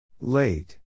late